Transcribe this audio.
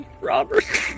Robert